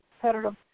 competitive